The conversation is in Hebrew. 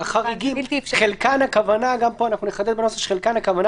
--- אנחנו נחדד בנוסח שגם פה הכוונה